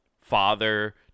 father